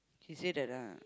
she say that uh